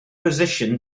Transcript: position